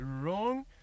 wrong